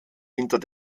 hinter